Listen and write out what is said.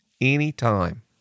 Anytime